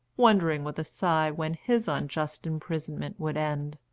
wondering with a sigh when his unjust imprisonment would end.